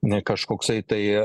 na kažkoksai tai